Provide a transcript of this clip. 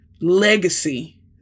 legacy